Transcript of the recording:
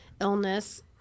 illness